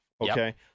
Okay